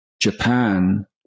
Japan